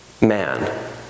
man